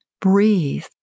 breathe